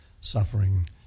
suffering